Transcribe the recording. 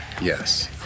Yes